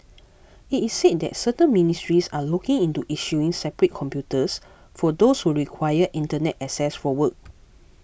it is said that certain ministries are looking into issuing separate computers for those who require Internet access for work